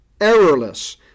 errorless